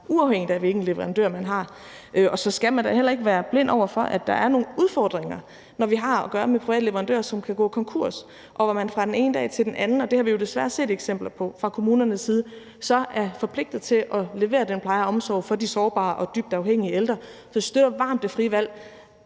uafhængigt af hvilken leverandør man har. Og så skal man da heller ikke være blind over for, at der er nogle udfordringer, når vi har at gøre med private leverandører, som kan gå konkurs, og hvor man fra den ene dag til den anden – og det har vi jo desværre set eksempler på – fra kommunernes side så er forpligtet til at levere den pleje og omsorg for de sårbare og dybt afhængige ældre. Så jeg støtter varmt det frie valg,